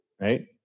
right